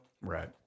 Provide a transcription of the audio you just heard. Right